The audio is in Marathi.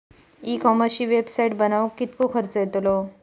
ई कॉमर्सची वेबसाईट बनवक किततो खर्च येतलो?